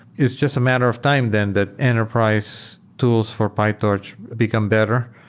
it's just a matter of time then that enterprise tools for pytorch become better.